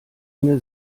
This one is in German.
mir